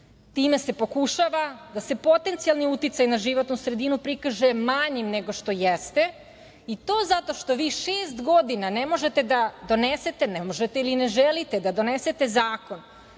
Time se pokušava da se potencijalni uticaj na životnu sredinu prikaže manjim nego što jeste, i to zato što vi šest godina ne možete da donesete, ne možete ili ne želite da donesete zakon